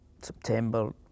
September